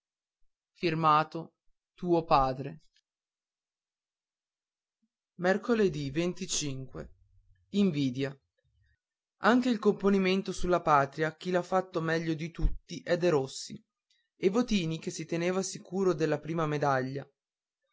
e ora e nvidia dì nche il componimento sulla patria chi l'ha fatto meglio di tutti è derossi e votini che si teneva sicuro della prima medaglia